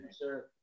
sure